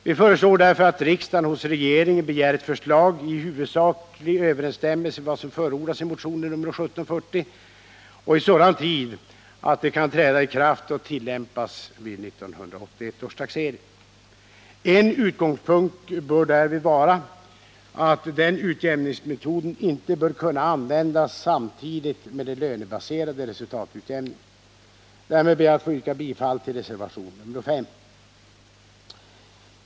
Vi föreslår därför att riksdagen hos regeringen begär ett förslag i huvudsak i överensstämmelse med vad som förordas i motion nr 1740 och i sådan tid att det kan träda i kraft och tillämpas vid 1981 års taxering. En utgångspunkt bör därvid vara, att denna utjämningsmetod inte bör kunna användas samtidigt med den lönebaserade resultatutjämningen. Därmed ber jag att få yrka bifall till reservation nr 5.